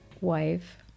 wife